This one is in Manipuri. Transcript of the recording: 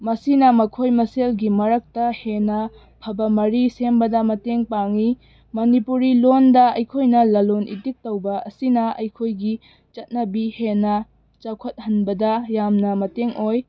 ꯃꯁꯤꯅ ꯃꯈꯣꯏ ꯃꯁꯦꯜꯒꯤ ꯃꯔꯛꯇ ꯍꯦꯟꯅ ꯑꯐꯕ ꯃꯔꯤ ꯁꯦꯝꯕꯗ ꯃꯇꯦꯡ ꯄꯥꯡꯉꯤ ꯃꯅꯤꯄꯨꯔꯤ ꯂꯣꯜꯗ ꯑꯩꯈꯣꯏꯅ ꯂꯂꯣꯜꯏꯇꯤꯛ ꯇꯧꯕ ꯑꯁꯤꯅ ꯑꯩꯈꯣꯏꯒꯤ ꯆꯠꯅꯕꯤ ꯍꯦꯟꯅ ꯆꯥꯎꯈꯠꯍꯟꯕꯗ ꯌꯥꯝꯅ ꯃꯇꯦꯡ ꯑꯣꯏ